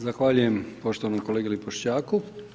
Zahvaljujem poštovanom kolegi Lipoščaku.